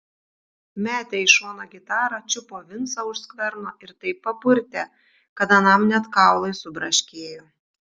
metė į šoną gitarą čiupo vincą už skverno ir taip papurtė kad anam net kaulai subraškėjo